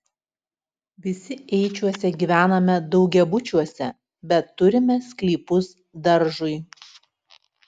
visi eičiuose gyvename daugiabučiuose bet turime sklypus daržui